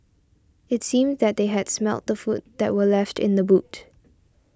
it seemed that they had smelt the food that were left in the boot